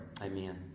Amen